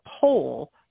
poll